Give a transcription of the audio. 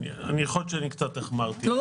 יכול להיות שקצת החמרתי מדי.